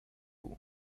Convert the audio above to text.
you